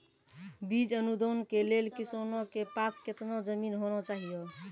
बीज अनुदान के लेल किसानों के पास केतना जमीन होना चहियों?